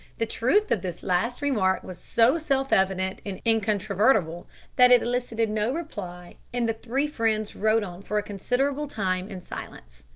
the truth of this last remark was so self-evident and incontrovertible that it elicited no reply, and the three friends rode on for a considerable time in silence.